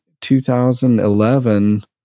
2011